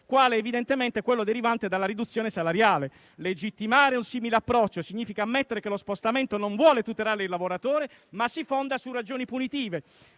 quale è evidentemente quello derivante dalla riduzione salariale; legittimare un simile approccio significa ammettere che lo spostamento non vuole tutelare il lavoratore ma si fonda su ragioni punitive,